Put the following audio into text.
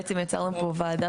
בעצם יצרנו פה ועדה